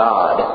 God